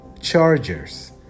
chargers